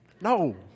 No